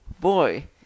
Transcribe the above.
boy